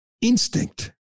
instinct